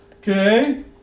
Okay